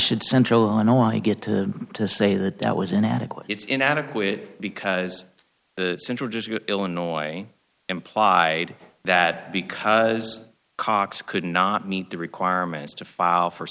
should central illinois get to to say that that was inadequate it's inadequate because the central illinois implied that because cox could not meet the requirements to file for